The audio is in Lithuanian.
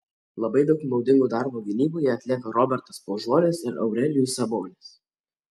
labai daug naudingo darbo gynyboje atlieka robertas paužuolis ir aurelijus sabonis